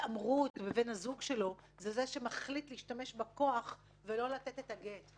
התעמרות בבן הזוג שלו זה זה שמחליט להשתמש בכוח ולא לתת את הגט.